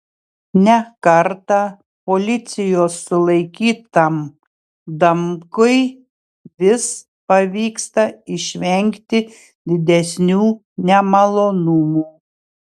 ne kartą policijos sulaikytam damkui vis pavyksta išvengti didesnių nemalonumų